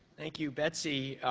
thank you, betsy.